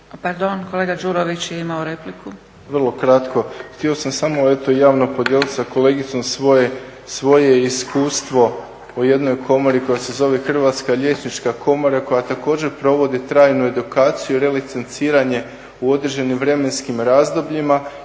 kolega Đurović je imao repliku.